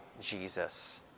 Jesus